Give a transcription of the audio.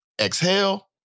Exhale